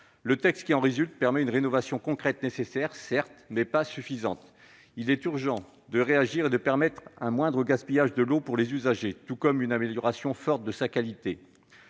concrète que permet ce texte est certes nécessaire, mais pas suffisante : il est urgent de réagir et de permettre un moindre gaspillage de l'eau pour les usagers, tout comme une amélioration forte de sa qualité.